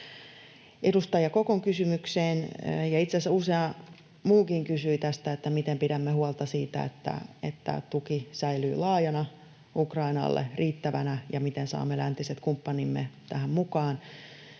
Edustaja Kokon kysymykseen, ja itse asiassa usea muukin kysyi tästä, miten pidämme huolta siitä, että tuki säilyy laajana, Ukrainalle riittävänä, ja miten saamme läntiset kumppanimme tähän mukaan.